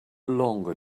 longer